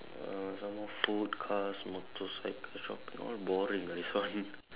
uh some more food cars motorcycles shopping all boring ah this one